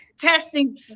testing